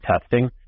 testing